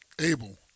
Abel